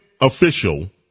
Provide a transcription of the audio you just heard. official